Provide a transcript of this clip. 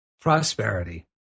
prosperity